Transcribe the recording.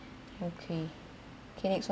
okay K next one